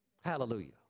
Hallelujah